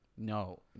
No